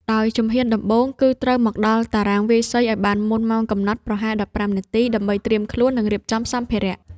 ដោយជំហានដំបូង គឺត្រូវមកដល់តារាងវាយសីឱ្យបានមុនម៉ោងកំណត់ប្រហែល ១៥នាទី ដើម្បីត្រៀមខ្លួន និងរៀបចំសម្ភារៈ។